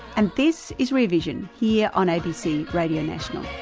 and this is rear vision, here on abc radio national.